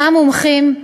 שמעה מומחים,